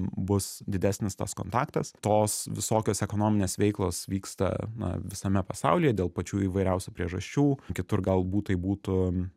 bus didesnis tas kontaktas tos visokios ekonominės veiklos vyksta na visame pasaulyje dėl pačių įvairiausių priežasčių kitur galbūt tai būtų